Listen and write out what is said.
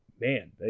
man